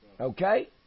Okay